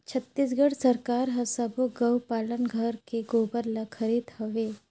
छत्तीसगढ़ सरकार हर सबो गउ पालन घर के गोबर ल खरीदत हवे